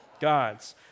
God's